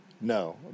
No